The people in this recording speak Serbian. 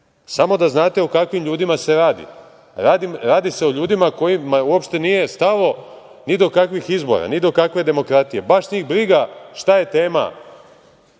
da znate o kakvim ljudima se radi. Radi se o ljudima kojima uopšte nije stalo ni do kakvih izbora, ni do kakve demokratije. Baš njih briga šta je tema